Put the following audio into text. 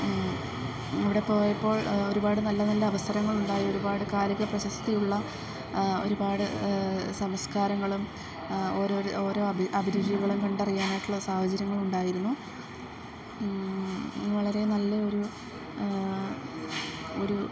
അവിടെ പോയപ്പോൾ ഒരുപാട് നല്ല നല്ല അവസരങ്ങുണ്ടായി ഒരുപാട് കാലിക പ്രസക്തിയുള്ള ഒരുപാട് സംസ്കാരങ്ങളും ഓരോരോ ഓരോ അഭിരുചികളും കണ്ടറിയാനായിട്ടുള്ള സാഹചര്യങ്ങള് ഉണ്ടായിരുന്നു വളരെ നല്ല ഒരു ഒരു